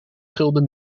gulden